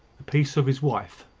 the peace of his wife,